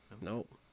Nope